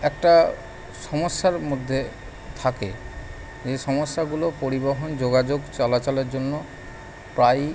একটা সমস্যার মধ্যে থাকে এই সমস্যাগুলো পরিবহণ যোগাযোগ চলাচলের জন্য প্রায়ই